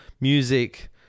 music